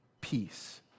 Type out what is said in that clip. Peace